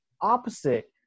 opposite